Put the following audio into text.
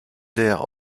der